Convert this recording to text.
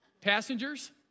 Passengers